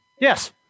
Yes